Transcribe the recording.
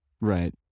Right